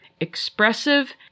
expressive